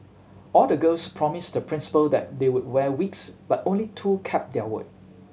all the girls promised the Principal that they would wear wigs but only two kept their word